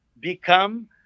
become